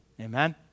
Amen